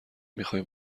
میخوای